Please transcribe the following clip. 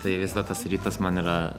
tai vis dar tas rytas man yra